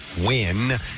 win